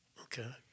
Okay